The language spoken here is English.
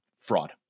fraud